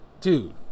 dude